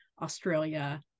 Australia